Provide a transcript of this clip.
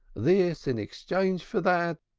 this in exchange for that,